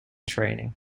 training